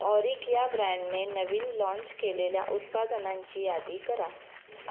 ऑरिक या ब्रँडने नवीन लाँच केलेल्या उत्पादनांची यादी करा